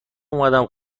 اومدم